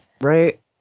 Right